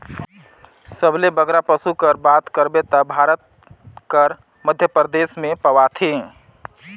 सबले बगरा पसु कर बात करबे ता भारत कर मध्यपरदेस में पवाथें